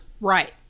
Right